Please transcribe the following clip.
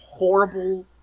horrible